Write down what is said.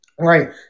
Right